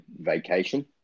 vacation